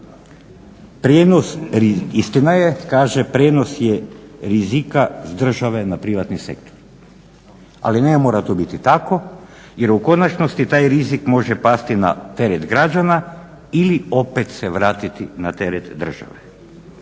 Istina je kaže "prijenos je rizika s države na privatni sektor ali ne mora to biti tako jer u konačnosti taj rizik može pasti na teret građana ili opet se vratiti na teret države.